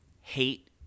hate